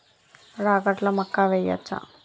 రాగట్ల మక్కా వెయ్యచ్చా?